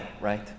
right